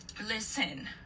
Listen